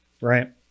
right